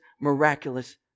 miraculous